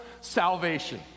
salvation